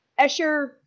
Escher